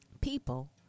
people